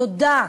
תודה,